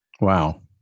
Wow